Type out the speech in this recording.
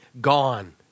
gone